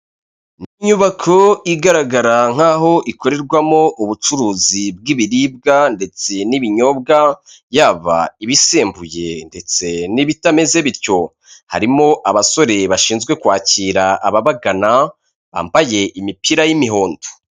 Ni inyubako igaragara nk'aho ikorerwamo ubucuruzi bw'ibiribwa ndetse n'ibinyobwa, yaba ibisembuye ndetse n'ibitameze bityo. Harimo abasore bashinzwe kwakira ababagana, bambayege imipira y'imihondo.